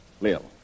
Lil